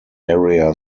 area